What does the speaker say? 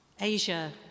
Asia